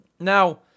Now